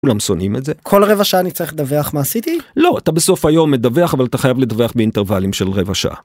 ‫אולם שונאים את זה? ‫-כל רבע שעה אני צריך לדווח מה עשיתי? ‫לא, אתה בסוף היום מדווח, ‫אבל אתה חייב לדווח באינטרבלים של רבע שעה.